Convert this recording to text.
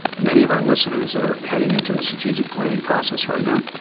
and many of are listeners are heading into the strategic planning process right now.